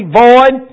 void